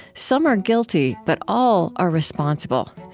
some are guilty, but all are responsible.